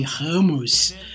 Ramos